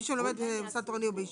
מי שלומד במוסד תורני או בישיבה,